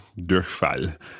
Durchfall